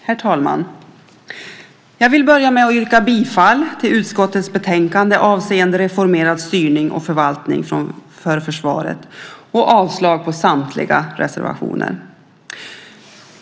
Herr talman! Jag börjar med att yrka bifall till förslaget i utskottets betänkande Reformerad styrning och förvaltning för försvaret och avslag på samtliga reservationer.